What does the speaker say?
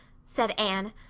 said anne.